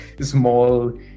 small